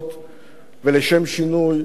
ולשם שינוי גם אמיתיות.